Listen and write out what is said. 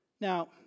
Now